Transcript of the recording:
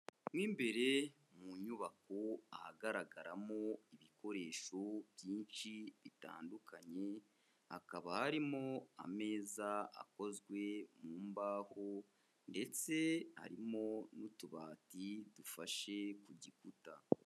Mo imbere mu nyubako ahagaragaramo ibikoresho byinshi bitandukanye, hakaba harimo ameza akozwe mu mbaho ndetse harimo n'utubati dufashe ku gikuta.